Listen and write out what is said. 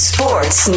Sports